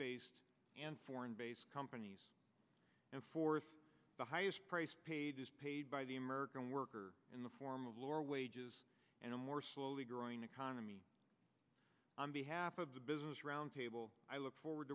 based and foreign based companies and fourth the highest price paid is paid by the american worker in the form of lower wages and a more slowly growing economy on behalf of the business roundtable i look forward